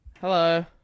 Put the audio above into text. Hello